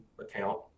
account